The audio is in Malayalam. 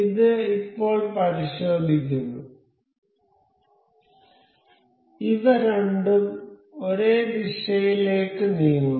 ഇത് ഇപ്പോൾ പരിശോധിക്കുന്നു ഇവ രണ്ടും ഒരേ ദിശയിലേക്ക് നീങ്ങുന്നു